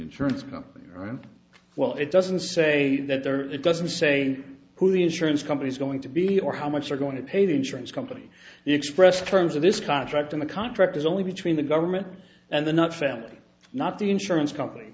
insurance company and while it doesn't say that there it doesn't say who the insurance company's going to be or how much they're going to pay the insurance company expressed terms of this contract in the contract is only between the government and the not family not the insurance company